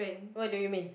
what do you mean